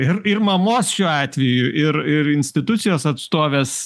ir ir mamos šiuo atveju ir ir institucijos atstovės